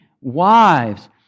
wives